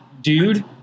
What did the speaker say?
dude